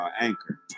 Anchor